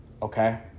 Okay